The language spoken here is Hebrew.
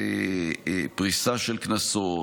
פריסה של קנסות,